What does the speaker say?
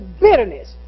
bitterness